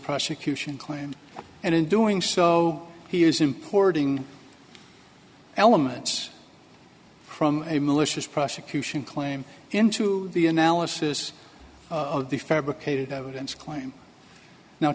prosecution claim and in doing so he is importing elements from a malicious prosecution claim into the analysis of the fabricated evidence claim now